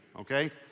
okay